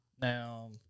Now